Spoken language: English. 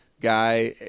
guy